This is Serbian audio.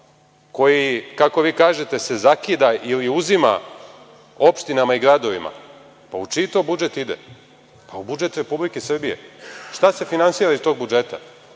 koji, kako vi kažete se zakida ili uzima opštinama ili gradovima, u čiji to budžet ide? U budžet Republike Srbije. Šta se finansira iz tog budžeta?